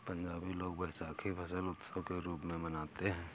पंजाबी लोग वैशाखी फसल उत्सव के रूप में मनाते हैं